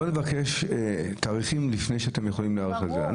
לא נבקש תאריכים שאתם לא יכולים להיערך אליהם.